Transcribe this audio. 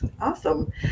Awesome